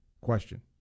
question